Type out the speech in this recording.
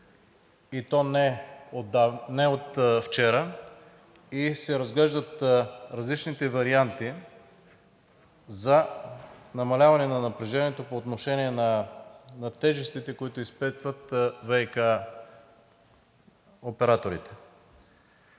и то не от вчера, и се разглеждат различните варианти за намаляване на напрежението по отношение на тежестите, които изпитват ВиК операторите.